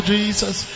Jesus